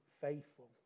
faithful